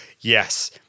yes